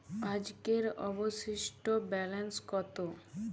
আজকের অবশিষ্ট ব্যালেন্স কত?